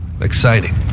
exciting